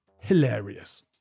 hilarious